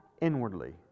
inwardly